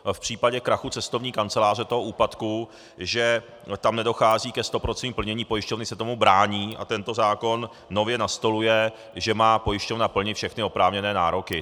V případě krachu cestovní kanceláře že tam nedochází ke stoprocentnímu plnění, pojišťovny se tomu brání a tento zákon nově nastoluje, že má pojišťovna plnit všechny oprávněné nároky.